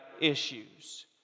issues